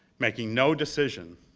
making no decision.